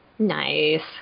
nice